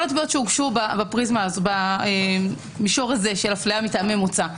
כל התביעות שהוגשו במישור של אפליה מטעמי מוצא.